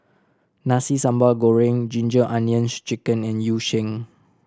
Nasi Sambal Goreng Ginger Onions Chicken and Yu Sheng